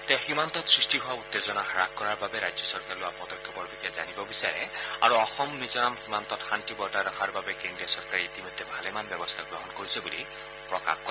তেওঁ সীমান্তত সৃষ্টি হোৱা উত্তেজনা হ্ৰাস কৰাৰ বাবে ৰাজ্য চৰকাৰে লোৱা পদক্ষেপৰ বিষয়ে জানিব বিচাৰে আৰু অসম মিজোৰাম সীমান্তত শান্তি বৰ্তাই ৰখাৰ বাবে কেন্দ্ৰীয় চৰকাৰে ইতিমধ্যে ভালেমান ব্যৱস্থা গ্ৰহণ কৰিছে বুলি প্ৰকাশ কৰে